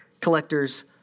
collector's